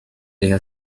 riha